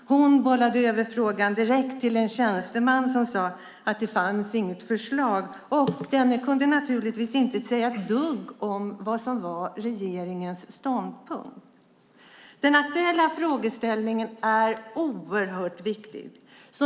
Hon bollade över frågan direkt till en annan tjänsteman som sade att det inte fanns något förslag. Denne kunde naturligtvis inte säga ett dugg om vad som var regeringens ståndpunkt. Den aktuella frågan är oerhört viktig.